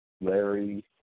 Larry